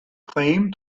claim